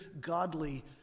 godly